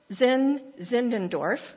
Zindendorf